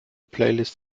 playlist